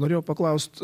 norėjau paklaust